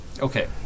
Okay